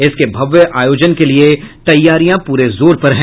इसके भव्य आयोजन के लिए तैयारियां पूरे जोरों पर हैं